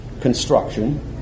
construction